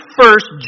first